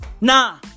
Nah